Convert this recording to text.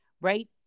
right